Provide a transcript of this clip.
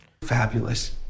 fabulous